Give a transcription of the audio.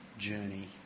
journey